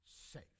safe